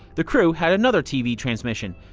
the crew had another tv transmission,